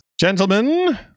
Gentlemen